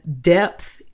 depth